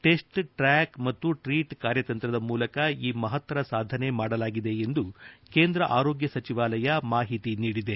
test track ಮತ್ತು treat ಕಾರ್ಯತಂತ್ರದ ಮೂಲಕ ಈ ಮಹತ್ತರ ಸಾಧನೆಯನ್ನು ಮಾಡಲಾಗಿದೆ ಎಂದು ಕೇಂದ್ರ ಆರೋಗ್ಯ ಸಚಿವಾಲಯ ಮಾಹಿತಿ ನೀಡಿದೆ